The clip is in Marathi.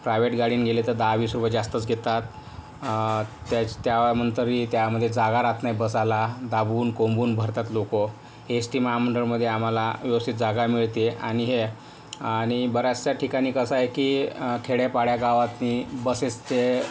प्रायव्हेट गाडीनं गेले तर दहावीस रुपये जास्तच घेतात त्या त्यानंतरही त्यामध्ये जागा राहत नाही बसायला दाबून कोंबून भरतात लोक एस टी महामंडळमध्ये आम्हाला व्यवस्थित जागा मिळते आणि हे आणि बऱ्याचशा ठिकाणी कसं आहे की खेड्यापाड्या गावातनी बसेसचे